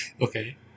Okay